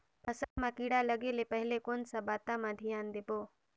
फसल मां किड़ा लगे ले पहले कोन सा बाता मां धियान देबो?